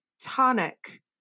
tonic